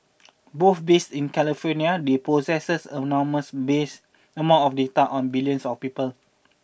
both based in California they possess enormous mix amount of data on billions of people